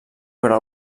però